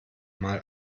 mal